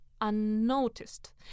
unnoticed